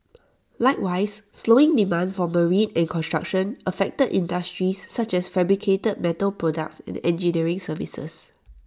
likewise slowing demand for marine and construction affected industries such as fabricated metal products and engineering services